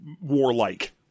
warlike